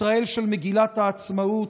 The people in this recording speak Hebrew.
ישראל של מגילת העצמאות,